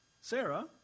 Sarah